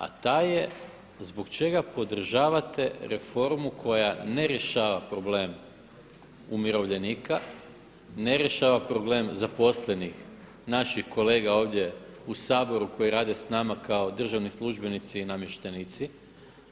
A ta je zbog čega podržavate reformu koja ne rješava problem umirovljenika, ne rješava problem zaposlenih naših kolega ovdje u Saboru koji rade s nama kako državni službenici i namještenici,